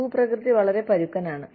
ഭൂപ്രകൃതി വളരെ പരുക്കനാണ്